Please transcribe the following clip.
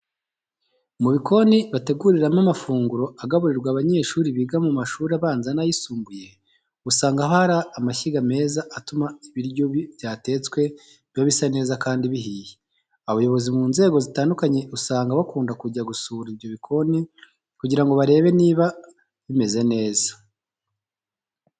Mu bikoni bateguriramo amafungura agaburirwa abanyeshuri biga mu mashuri abanza n'ayisumbuye, usanga haba hari amashyiga meza atuma ibiryo byatetswe biba bisa neza kandi bihiye. Abayobozi mu nzego zitandukanye usanga bakunda kujya gusura ibyo bikoni kugira ngo barebe niba bimeze neza.